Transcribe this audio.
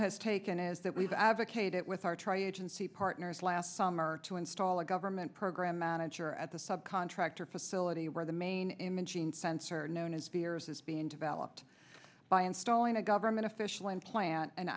has taken is that we've advocated it with our tri agency partners last summer to install a government program manager at the sub contractor facility where the main imogene sensor known as spears is being developed by installing a government official and plan an